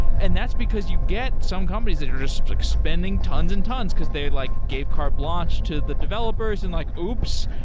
and that's because you get some companies that are just spending tons and tons, because they like gave carte blanche to the developers and like, oops!